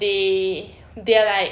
they they're like